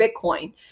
Bitcoin